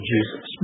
Jesus